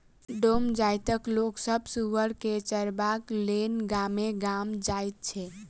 डोम जाइतक लोक सभ सुगर के चरयबाक लेल गामे गाम जाइत छै